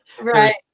Right